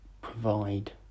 provide